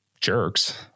jerks